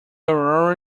aurora